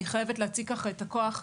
אני חייבת להציג את הכוח.